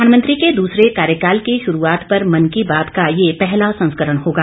प्रधानमंत्री के दूसरे कार्यकाल की शुरूआत पर मन की बात का यह पहला संस्करण होगा